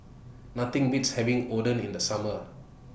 Nothing Beats having Oden in The Summer